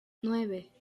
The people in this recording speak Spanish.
nueve